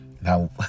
now